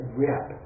rip